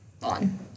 On